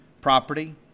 property